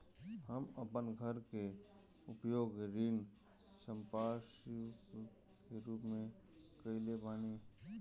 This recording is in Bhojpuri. हम अपन घर के उपयोग ऋण संपार्श्विक के रूप में कईले बानी